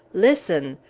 listen!